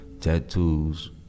tattoos